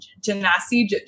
Genasi